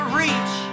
reach